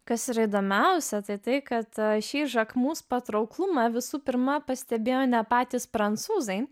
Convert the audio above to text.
kas yra įdomiausia tai kad šį žakmus patrauklumą visų pirma pastebėjo ne patys prancūzai